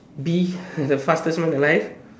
be the fastest man alive